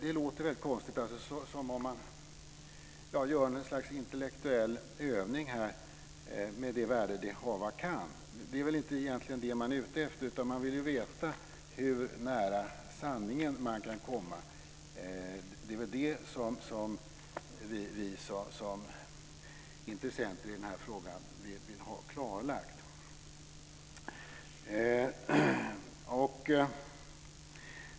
Det låter väldigt konstigt - som om man gör något slags intellektuell övning med det värde det hava kan. Det är väl inte det som man egentligen är ute efter, utan man vill ju veta hur nära sanningen man kan komma. Det är det som vi som intressenter i den här frågan vill ha klarlagt.